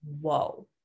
whoa